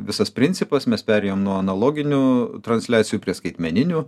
visas principas mes perėjom nuo analoginių transliacijų prie skaitmeninių